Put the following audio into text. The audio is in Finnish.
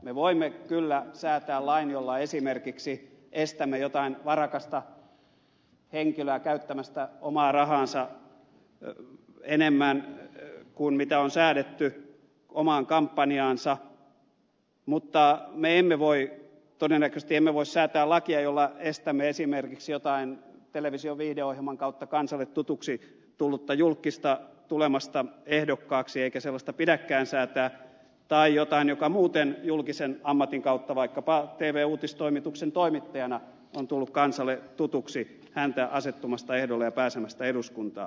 me voimme kyllä säätää lain jolla esimerkiksi estämme jotain varakasta henkilöä käyttämästä omaa rahaansa enemmän kuin on säädetty omaan kampanjaansa mutta me emme todennäköisesti voi säätää lakia jolla estämme esimerkiksi jotain television viihdeohjelman kautta kansalle tutuksi tullutta julkkista tulemasta ehdokkaaksi eikä sellaista pidäkään säätää tai jotakuta joka muuten julkisen ammatin kautta vaikkapa tv uutistoimituksen toimittajana on tullut kansalle tutuksi asettumasta ehdolle ja pääsemästä eduskuntaan